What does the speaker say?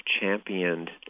championed